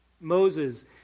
Moses